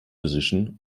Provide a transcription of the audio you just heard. position